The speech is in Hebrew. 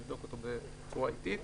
נבדוק אותו בצורה עיתית.